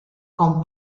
con